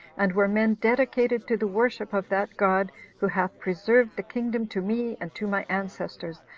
and were men dedicated to the worship of that god who hath preserved the kingdom to me and to my ancestors,